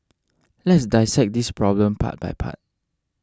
let's dissect this problem part by part